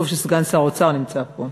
טוב שסגן שר האוצר נמצא פה.